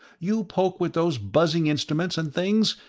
you poke with those buzzing instruments and things,